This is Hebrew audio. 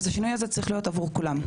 אז השינוי הזה צריך להיות למען כולם.